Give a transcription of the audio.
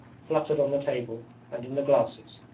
fluttered on the table and in the glasses,